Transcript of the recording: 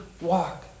walk